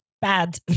Bad